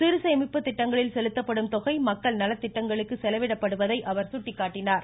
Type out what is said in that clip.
சிறுசேமிப்பு திட்டங்களில் செலுத்தப்படும் தொகை மக்கள் நலத்திட்டங்களுக்கு செலவிடப்படுவதை அவர் சுட்டிக்காட்டினார்